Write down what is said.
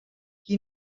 qui